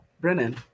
Brennan